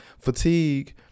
Fatigue